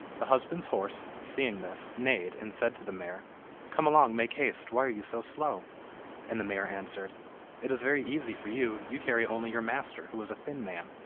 the husband's horse, seeing this, neighed, and said to the mare come along, make haste why are you so slow and the mare answered it is very easy for you, you carry only your master, who is a thin man,